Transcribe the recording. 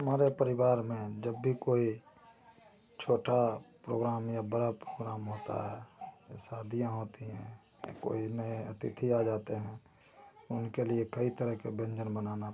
हमारे परिवार में जब भी कोई छोटा प्रोग्राम या बड़ा प्रोग्राम होता है शादियाँ होती हैं या कोई नये अतिथि आ जाते हैं उनके लिए कई तरह के व्यंजन बनाना पड़ता है